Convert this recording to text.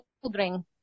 children